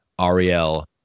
ariel